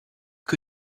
que